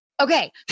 Okay